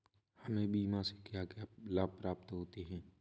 हमें बीमा से क्या क्या लाभ प्राप्त होते हैं?